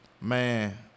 man